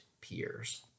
peers